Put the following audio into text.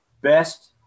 best